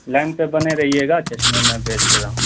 line پہ بنے رہیے گا چشمے میں بھیج دے رہا ہوں